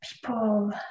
people